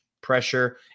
pressure